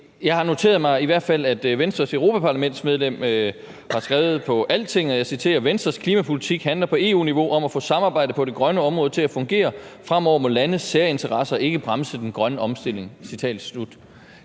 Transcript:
jeg har i hvert fald noteret mig, at Venstres europaparlamentsmedlem har skrevet på Altinget, og jeg citerer: »Venstres klimapolitik handler på EU-niveau om at få samarbejdet på det grønne område til at fungere. Fremover må landes særinteresser ikke bremse den grønne omstilling«.